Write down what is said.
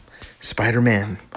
Spider-Man